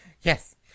Yes